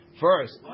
first